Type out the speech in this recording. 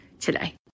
today